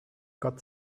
gott